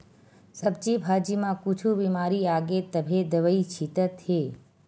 सब्जी भाजी म कुछु बिमारी आगे तभे दवई छितत हे